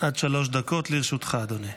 עד שלוש דקות לרשותך, אדוני.